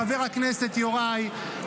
חבר הכנסת יוראי,